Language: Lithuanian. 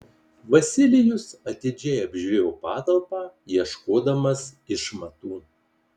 vasilijus atidžiai apžiūrėjo patalpą ieškodamas išmatų